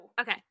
okay